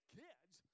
kids